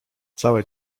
całe